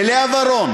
ללאה ורון,